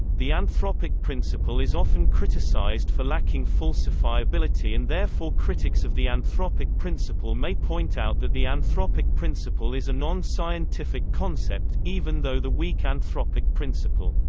the anthropic principle is often criticized for lacking falsifiability and therefore critics of the anthropic principle may point out that the anthropic principle is a non-scientific concept, even though the weak anthropic principle,